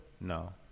No